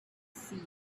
see